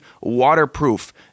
waterproof